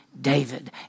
David